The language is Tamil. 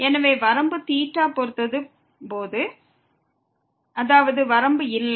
எனவே வரம்பு θவை பொறுத்து இருக்கும் போது அதாவது வரம்பு இல்லை